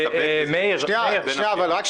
תודה על ההבהרה, איציק.